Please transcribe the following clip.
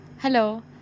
Hello